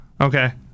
Okay